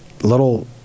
little